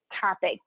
topic